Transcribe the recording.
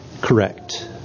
correct